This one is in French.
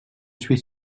suis